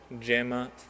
Gemma